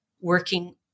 working